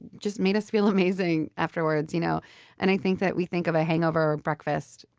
just made us feel amazing afterwards. you know and i think that we think of a hangover breakfast,